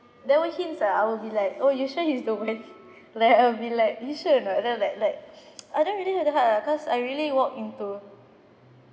there were hints lah I will be like oh you sure he's the one like I will be like you sure or not then I like like I don't really have the heart ah cause I really walk into